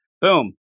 Boom